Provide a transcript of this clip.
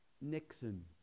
Nixon